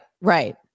right